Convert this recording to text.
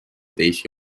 teisi